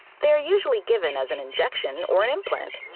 they're usually given as an injection or an implant.